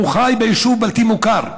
חי ביישוב בלתי מוכר?